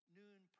noon